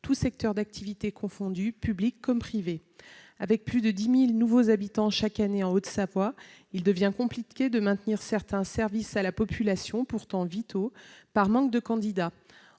tous secteurs d'activité confondus, publics comme privés. Avec plus de 10 000 nouveaux habitants chaque année en Haute-Savoie, il devient compliqué de maintenir certains services à la population, pourtant vitaux, par manque de candidats.